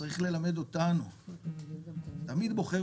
שצריך לטפל